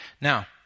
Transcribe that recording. Now